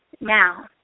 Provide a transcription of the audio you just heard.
now